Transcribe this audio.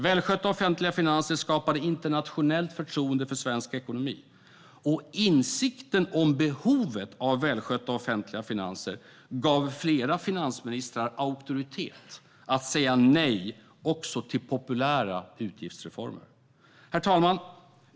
Välskötta offentliga finanser skapade internationellt förtroende för svensk ekonomi. Och insikten om behovet av välskötta offentliga finanser gav flera finansministrar auktoritet att säga nej också till populära utgiftsreformer. Herr talman!